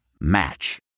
Match